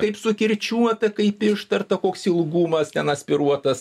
kaip sukirčiuota kaip ištarta koks ilgumas ten aspiruotas